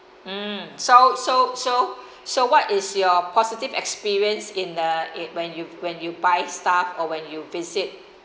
mm so so so so what is your positive experience in the in when you when you buy stuff or when you visit